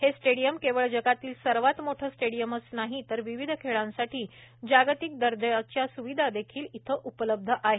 हे स्टेडियम केवळ जगातील सर्वात मोठे स्टेडियमच नाही तर विविध खेळांसाठी जागतिक दर्जाच्या स्विधा देखील इथे उपलब्ध आहेत